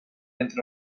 entre